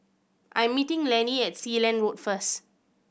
I'm meeting Lanny at Sealand Road first